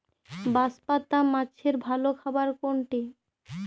বাঁশপাতা মাছের ভালো খাবার কোনটি?